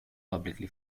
publicly